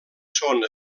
són